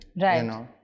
Right